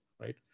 right